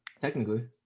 technically